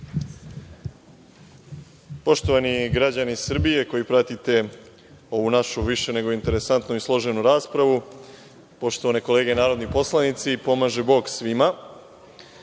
Poštovani građani Srbije koji pratite ovu našu više nego interesantnu i složenu raspravu, poštovane kolege narodni poslanici, pomaže Bog svima,